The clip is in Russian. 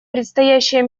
предстоящие